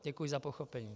Děkuji za pochopení.